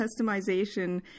customization